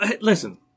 Listen